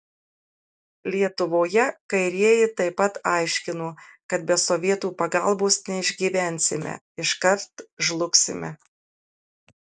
lietuvoje kairieji taip pat aiškino kad be sovietų pagalbos neišgyvensime iškart žlugsime